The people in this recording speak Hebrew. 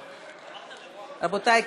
רבותיי,